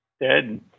dead